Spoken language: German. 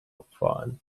abfahren